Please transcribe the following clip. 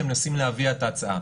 שמנסים להביא את ההצעה.